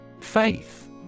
Faith